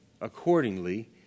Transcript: accordingly